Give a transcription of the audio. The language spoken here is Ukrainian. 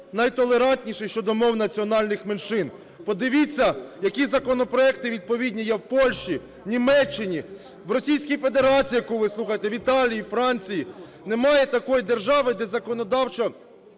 найтолерантніший щодо мов національних меншин. Подивіться, які законопроекти відповідні є в Польщі, Німеччині, в Російській Федерації, яку ви слухаєте, в Італії, Франції. Немає такої держави, де законодавчо